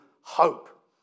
hope